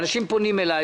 אנשים פונים אלי,